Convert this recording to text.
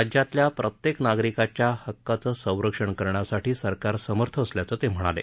राज्यातल्या प्रत्येक नागरिकाच्या हक्काचं संरक्षण करण्यासाठी सरकार समर्थ असल्याचं ते म्हणाले